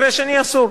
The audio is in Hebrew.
המקרה השני אסור.